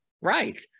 Right